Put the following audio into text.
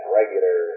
regular